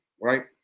right